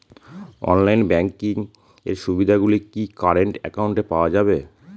Online banking এর সুবিধে গুলি কি কারেন্ট অ্যাকাউন্টে পাওয়া যাবে?